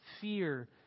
fear